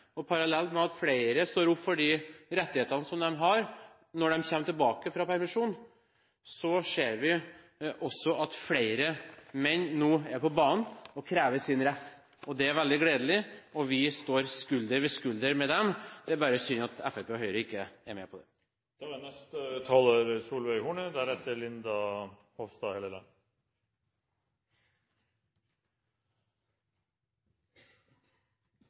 og parallelt med at flere står opp for de rettighetene som de har når de kommer tilbake fra permisjon, ser vi at flere menn nå er på banen og krever sin rett. Det er veldig gledelig, og vi står skulder ved skulder med dem. Det er bare synd at Fremskrittspartiet og Høyre ikke er med på det.